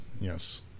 Yes